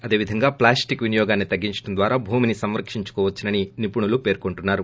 అదేవిధంగా ప్లాస్లిక్ వినియోగాన్ని తగ్గించడం ద్వారా భూమిని సంరక్షించుకోవచ్చని నిపుణులు పేర్కొంటున్నారు